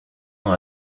dans